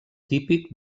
típic